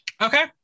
Okay